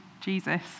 Jesus